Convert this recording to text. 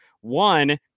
one